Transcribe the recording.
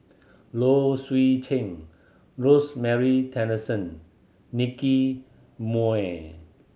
Low Swee Chen Rosemary Tessensohn Nicky Moey